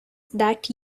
that